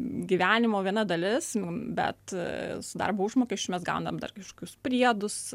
gyvenimo viena dalis bet su darbo užmokesčiu mes gaunam dar kažkokius priedus